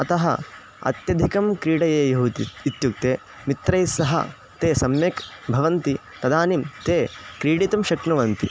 अतः अत्यधिकं क्रीडयेयुः इति इत्युक्ते मित्रैस्सह ते सम्यक् भवन्ति तदानीं ते क्रीडितुं शक्नुवन्ति